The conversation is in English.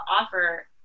offer